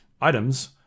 items